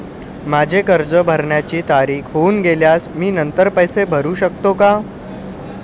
माझे कर्ज भरण्याची तारीख होऊन गेल्यास मी नंतर पैसे भरू शकतो का?